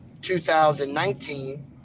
2019